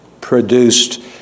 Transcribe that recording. produced